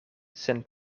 sen